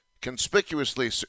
conspicuously